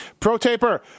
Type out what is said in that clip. ProTaper